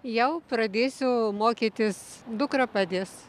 jau pradėsiu mokytis dukra padės